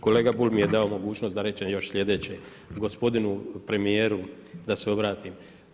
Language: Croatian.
Kolega Bulj mi je dao mogućnost da kažem još sljedeće, gospodinu premijeru da se obratim.